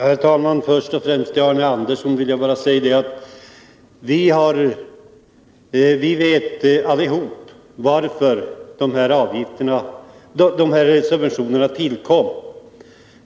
Herr talman! Vi vet alla, Arne Andersson, varför de här subventionerna tillkom.